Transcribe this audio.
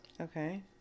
Okay